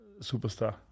superstar